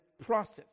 process